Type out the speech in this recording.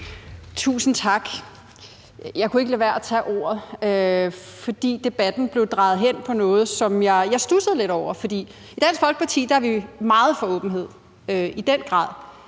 Tusind tak. Jeg kunne ikke lade være at tage ordet, fordi debatten blev drejet hen på noget, som jeg studsede lidt over. For i Dansk Folkeparti går vi meget ind for åbenhed – i den grad